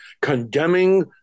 condemning